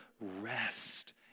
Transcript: rest